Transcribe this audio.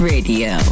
Radio